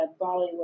Bollywood